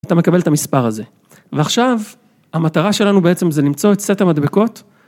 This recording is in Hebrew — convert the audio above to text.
אתה מקבל את המספר הזה ועכשיו, המטרה שלנו בעצם זה למצוא את סט המדבקות.